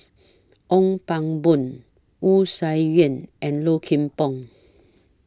Ong Pang Boon Wu Tsai Yen and Low Kim Pong